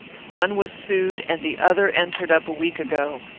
one was sued, and the other entered up, a week ago.